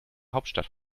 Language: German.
hauptstadt